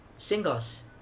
singles